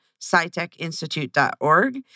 sciTechInstitute.org